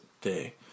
Day